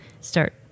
start